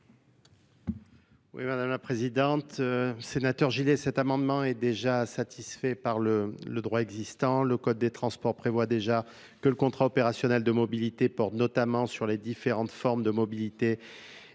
Mᵐᵉ la Présidente, le sénateur Gilet cet amendement est déjà satisfait par le droit existant. Le code des transports prévoit déjà que le contrat opérationnel de mobilité porte notamment sur les différentes formes de mobilité